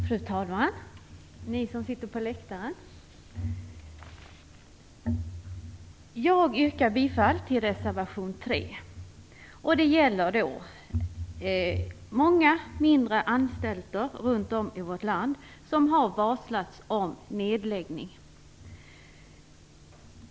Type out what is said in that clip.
Fru talman! Ni som sitter på läktaren! Jag yrkar bifall till reservation 3. Många mindre anstalter i vårt land har varslats om nedläggning.